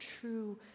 true